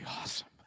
awesome